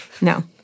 No